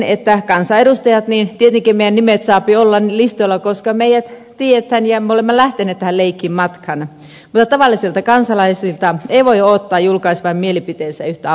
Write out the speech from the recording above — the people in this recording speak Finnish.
tietenkin kansanedustajien meidän nimet saavat olla listoilla koska meidät tiedetään ja me olemme lähteneet tähän leikkiin matkaan mutta tavallisten kansalaisten ei voi odottaa julkaisevan mielipidettänsä yhtä avoimesti